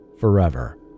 forever